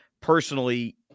personally